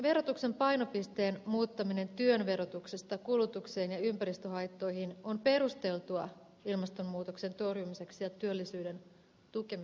verotuksen painopisteen muuttaminen työn verotuksesta kulutukseen ja ympäristöhaittoihin on perusteltua ilmastonmuutoksen torjumiseksi ja työllisyyden tukemiseksi